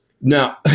Now